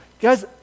guys